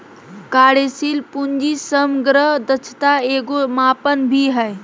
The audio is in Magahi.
कार्यशील पूंजी समग्र दक्षता के एगो मापन भी हइ